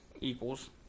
equals